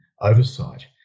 oversight